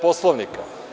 Poslovnika.